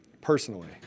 personally